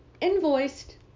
invoiced